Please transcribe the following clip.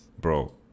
Bro